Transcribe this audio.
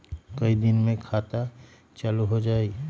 कई दिन मे खतबा चालु हो जाई?